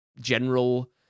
general